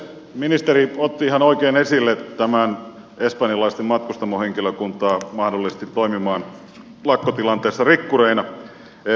ministeri otti ihan oikein esille tämän espanjalaisen matkustamohenkilökunnan mahdollisen toimimisen lakkotilanteessa rikkureina